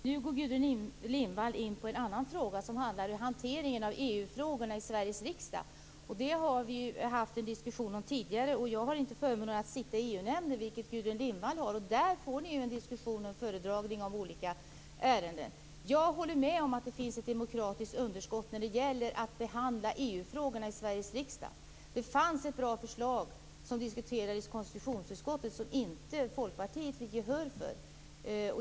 Fru talman! Nu går Gudrun Lindvall in på en annan fråga som handlar om hanteringen av EU frågorna i Sveriges riksdag. Detta har vi ju haft en diskussion om tidigare. Jag har inte förmånen att sitta i EU-nämnden, vilket Gudrun Lindvall har. Där för ni ju en diskussion och får en föredragning om olika ärenden. Jag håller med om att det finns ett demokratiskt underskott när det gäller att behandla EU-frågorna i Sveriges riksdag. Det fanns ett bra förslag som diskuterades i konstitutionsutskottet, vilket Folkpartiet inte fick gehör för.